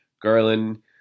Garland